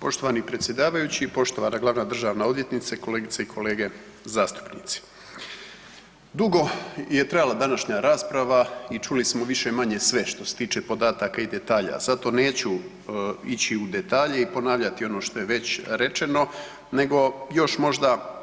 Poštovani predsjedavajući, poštovana glavna državna odvjetnice, kolegice i kolege zastupnici, dugo je trajala današnja rasprava i čuli smo više-manje sve što se tiče podataka i detalja zato neću ići u detalje i ponavljati ono što je već rečeno nego još možda